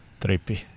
Trippy